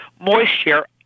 moisture